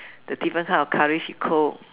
the different kind of Curry she cook